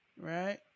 Right